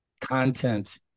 content